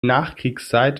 nachkriegszeit